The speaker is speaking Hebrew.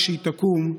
כשהיא תקום,